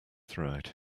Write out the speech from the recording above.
throughout